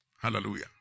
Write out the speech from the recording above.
Hallelujah